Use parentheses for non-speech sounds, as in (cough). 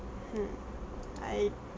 hmm I (breath)